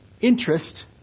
interest